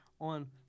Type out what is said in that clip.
on